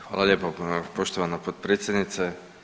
Hvala lijepa poštovana potpredsjednice.